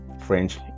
French